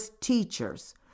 teachers